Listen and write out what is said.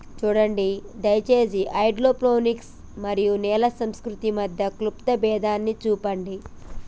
సూడండి దయచేసి హైడ్రోపోనిక్స్ మరియు నేల సంస్కృతి మధ్య క్లుప్త భేదాన్ని సూపండి